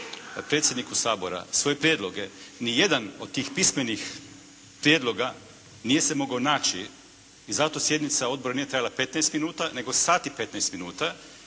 predsjedniku Sabora svoje prijedloge nijedan od tih pismenih prijedloga nije se mogao naći i zato sjednica odbora nije trajala 15 minuta nego sat i 15 minuta